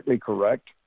correct